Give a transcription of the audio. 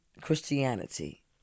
Christianity